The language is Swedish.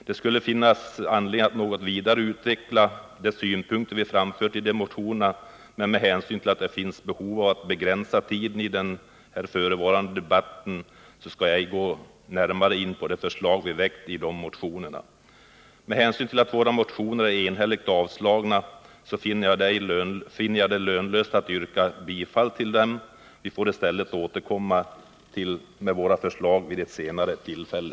Det skulle finnas anledning att ytterligare utveckla de synpunkter vi framfört i dessa motioner, men med hänsyn till behovet av att begränsa den förevarande debatten skall jag inte närmare gå in på de förslag vi väckt i dessa motioner. Med hänsyn till att våra motioner enhälligt har avstyrkts finner jag det lönlöst att yrka bifall till motionerna. Vi får i stället komma tillbaka med våra förslag vid ett senare tillfälle.